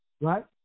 right